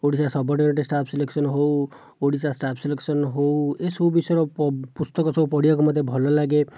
Odisha subordinate staff selection ହେଉ Odisha staff selection ହେଉ ଏସବୁ ବିଷୟ ପୁସ୍ତକ ସବୁ ପଢ଼ିବାକୁ ମୋତେ ଭଲ ଲାଗେ